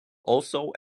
also